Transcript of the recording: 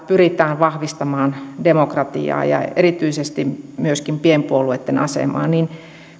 pyritään vahvistamaan demokratiaa ja erityisesti myöskin pienpuolueitten asemaa niin